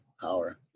power